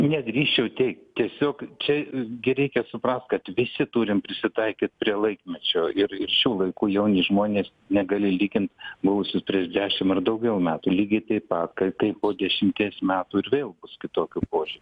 nedrįsčiau teigt tiesiog čia gi reikia suprast kad visi turim prisitaikyt prie laikmečio ir šių laikų jauni žmonės negali lygint buvusių prieš dešimt ar daugiau metų lygiai taip pat kaip kaip po dešimties metų ir vėl bus kitokių požiūrių